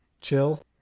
chill